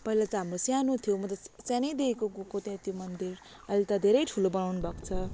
पहिला त हाम्रो सानो थियो मतलब सानैदेखिको गएको त्यहाँ त्यो मन्दिर अहिले त धेरै ठुलो बनाउनु भएको छ